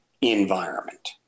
environment